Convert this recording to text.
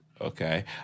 Okay